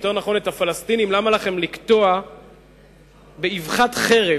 או יותר נכון את הפלסטינים: למה לכם לקטוע באבחת חרב